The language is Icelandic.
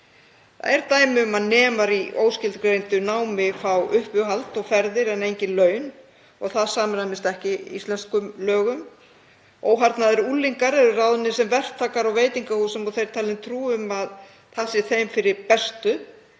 Það er dæmi um að nemar í óskilgreindu námi fá uppihald og ferðir en engin laun og það samræmist ekki íslenskum lögum. Óharðnaðir unglingar eru ráðnir sem verktakar á veitingahúsum og þeim talin trú um að það sé þeim fyrir bestu.